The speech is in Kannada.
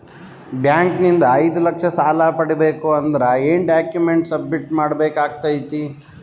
ಬ್ಯಾಂಕ್ ನಿಂದ ಐದು ಲಕ್ಷ ಸಾಲ ಪಡಿಬೇಕು ಅಂದ್ರ ಏನ ಡಾಕ್ಯುಮೆಂಟ್ ಸಬ್ಮಿಟ್ ಮಾಡ ಬೇಕಾಗತೈತಿ?